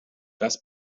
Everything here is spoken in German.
das